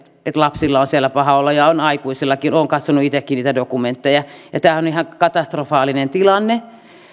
että lapsilla on siellä paha olla ja on aikuisillakin olen katsonut itsekin niitä dokumentteja tämä on ihan katastrofaalinen tilanne